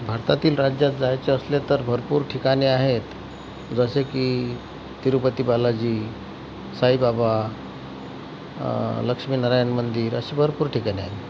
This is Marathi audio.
भारतातील राज्यात जायचे असले तर भरपूर ठिकाणे आहेत जसे की तिरुपती बालाजी साईबाबा लक्ष्मीनारायण मंदिर अशी भरपूर ठिकाणे आहेत